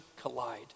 collide